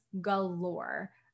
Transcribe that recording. galore